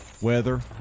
Weather